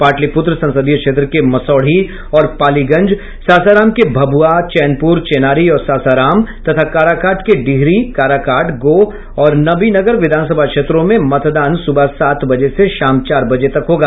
पाटलिपुत्र संसदीय क्षेत्र के मसौढ़ी और पालीगंज सासाराम के भभुआ चैनपुर चेनारी और सासाराम तथा काराकाट के डिहरी काराकाट गोह और नबीनगर विधानसभा क्षेत्रों में मतदान सुबह सात बजे से शाम चार बजे तक होगा